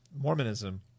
Mormonism